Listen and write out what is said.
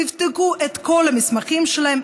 תבדקו את כל המסמכים שלהם.